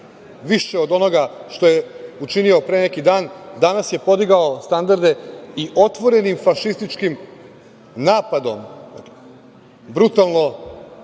više od onoga što je učinio pre neki dan, danas je podigao standarde i otvorenim fašističkim napadom, brutalno